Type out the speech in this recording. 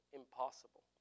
impossible